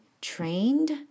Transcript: trained